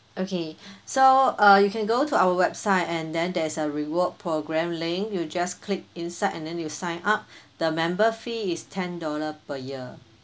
okay so uh you can go to our website and then there's a reward program link you just click inside and then you sign up the member fee is ten dollar per year